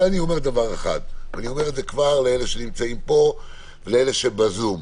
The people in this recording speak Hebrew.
אבל אני אומר דבר אחד לאלה שנמצאים פה ולאלה שבזום: